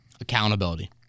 accountability